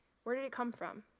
where did it come from?